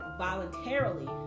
voluntarily